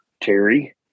Terry